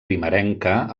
primerenca